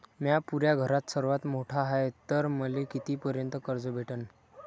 म्या पुऱ्या घरात सर्वांत मोठा हाय तर मले किती पर्यंत कर्ज भेटन?